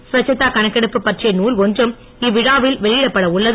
ஸ்வச்சத்தா கணக்கெடுப்பு பற்றிய நூல் ஒன்றும் இவ்விழாவில் வெளியிடப்பட உள்ளது